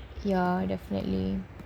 ya definitely